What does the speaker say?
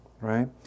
right